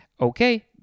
Okay